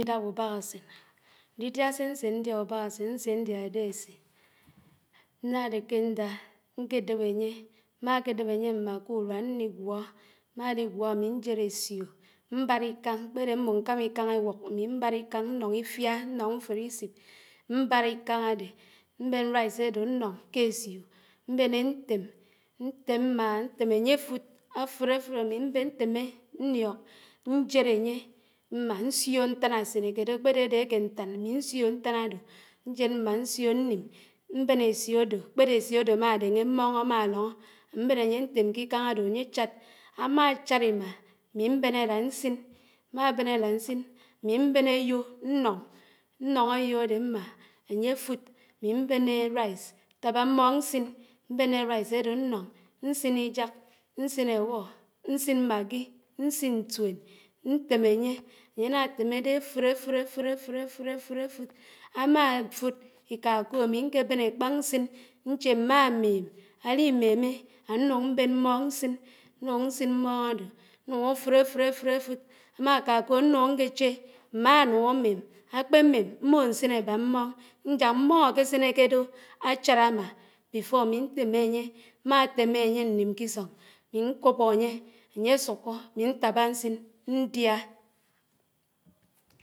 Ídáh úbákásén. Ñdídiá sé ñsé ñdíá úbákásén ñsé ñdíá édési. N’ádéké ñdá ñkédéb ányé, mmá k’édéb ányé mmá k’úniá ñnigwó, mmàligwo ámí ñjéd ésíó, mbárikáñ, kpéré mmó ñkámá íkáñ éwúk àmì mbárikáñ ñnóñ ifiá, ñnóñ ñfódísi mbárá íkáñ ádé mbén rice ádó ñnoñ ké ésió, mbéné ñtém, ñtém mmáá, ñtém ányé áfúd, àfúd áfúd ámi mbén ñtém ñniók, ñtéd ányé mmá ñsíó ñtán ósinékè dó, àkpédé ádé aké ñtán ámí nsíó ñtán ádó ñjéd mmá ñsió ñním, mbén ésíó ádó, kpédó ésíó àdó ámá déné mmóñ ámá lóñó ámbén anyé ñtém kíkáñ ádó ányé àchád, ámàchàd ímá, ámí mbém álán ñsin. mmà bén álán ñsín, ámí mbén áyó ñnóñ, ñnóñ áyó ádé mmà áyéfid àmi mbéné rice ñtábá mmóñ ñsiñ, mbéné rice ádó ñnóñ, ñsín íjók, ñsín áwó, ñsìn maggi, ñsín ñtúén, ñtém ányé, ányéná témédé áfúd áfúd áfúd áfúd áfúd áfúd áfúd, ámáfúd íká kó àmí ñkébén ékpáñ ñsín ñché má ámém, àlimémé ánúñ mbén mmóñ ñsin, ñnúñ ñsin mmóñ ádó ánúñó áfúd áfúd áfúd áfúd, ámá ká kó ánúñ ñkéché mánúñ ámém, àkpémém mmó ñsin ábá mmóñ, ñják mmóñ ákésinéké dó áchád ámà before ámí ñtémé ànyé, mmá témè ányé ñnún kisóñ àmí ñkwóbó ányé, ányé súkù, ámí ñtábá ñsin ñdiá.